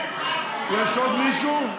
יש עוד מישהו?